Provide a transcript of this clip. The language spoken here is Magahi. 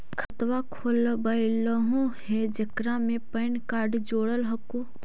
खातवा खोलवैलहो हे जेकरा मे पैन कार्ड जोड़ल हको?